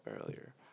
earlier